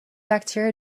bacteria